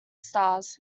stars